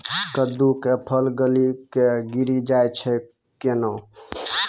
कददु के फल गली कऽ गिरी जाय छै कैने?